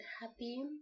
happy